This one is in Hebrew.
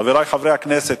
חברי חברי הכנסת,